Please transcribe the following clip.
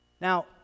now